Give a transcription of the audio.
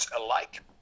alike